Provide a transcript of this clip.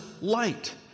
light